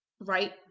right